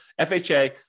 FHA